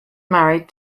married